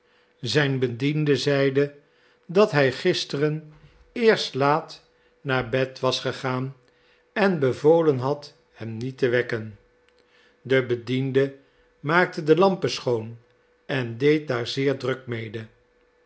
zijn bediende zeide dat hij gisteren eerst laat naar bed was gegaan en bevolen had hem niet te wekken de bediende maakte de lampen schoon en scheen daar zeer druk mede